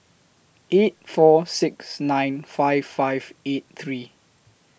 eight four six nine five five eight three